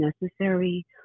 necessary